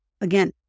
Again